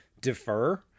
defer